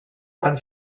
van